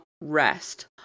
rest